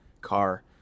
car